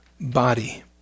body